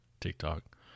TikTok